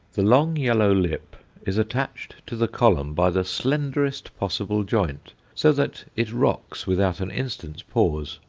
the long yellow lip is attached to the column by the slenderest possible joint, so that it rocks without an instant's pause.